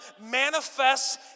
manifests